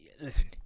Listen